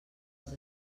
els